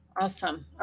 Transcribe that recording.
Awesome